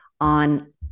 on